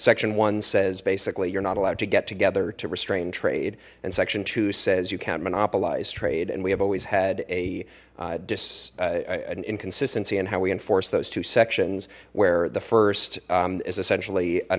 section one says basically you're not allowed to get together to restrain trade and section two says you can't monopolize trade and we have always had a dis an inconsistency in how we enforce those two sections where the first is essentially an